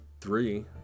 three